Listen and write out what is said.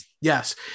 Yes